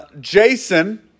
Jason